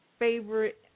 favorite